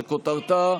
שכותרתה: